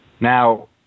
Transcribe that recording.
Now